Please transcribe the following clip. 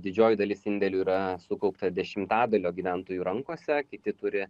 didžioji dalis indėlių yra sukaupta dešimtadalio gyventojų rankose kiti turi